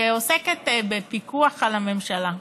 שעוסקת בפיקוח על הממשלה,